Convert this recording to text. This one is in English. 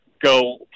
go